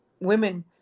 women